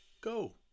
Go